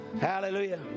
Hallelujah